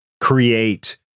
create